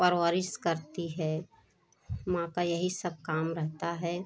परवरिश करती है माँ का यही सब काम रहता है